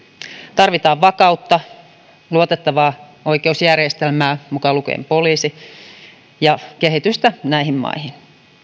tarvitaan vakautta luotettavaa oikeusjärjestelmää mukaan lukien poliisi ja kehitystä näihin maihin